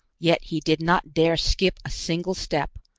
yet he did not dare skip a single step,